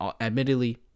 admittedly